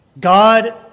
God